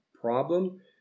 problem